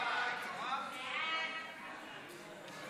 התשע"ח 2018, לוועדת החינוך התרבות והספורט